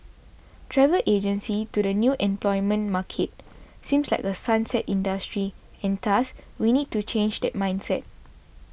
travel agencies to the new employment market seem like a 'sunset' industry and thus we need to change that mindset